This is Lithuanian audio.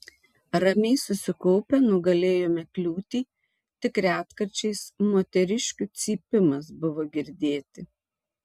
ramiai susikaupę nugalėjome kliūtį tik retkarčiais moteriškių cypimas buvo girdėti